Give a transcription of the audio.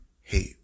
hate